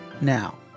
now